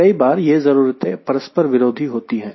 कई बार यह जरूरते परस्पर विरोधी होती है